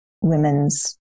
women's